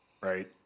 right